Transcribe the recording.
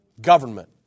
government